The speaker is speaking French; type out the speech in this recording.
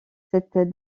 cette